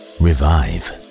Revive